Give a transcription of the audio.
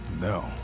No